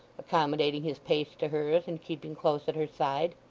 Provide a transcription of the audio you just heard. accommodating his pace to hers, and keeping close at her side.